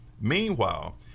meanwhile